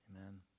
amen